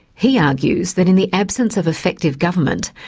he argues that in the absence of effective government,